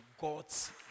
God's